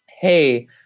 Hey